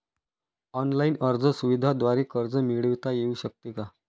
Online अर्ज सुविधांद्वारे कर्ज मिळविता येऊ शकते का?